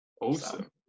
awesome